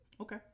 Okay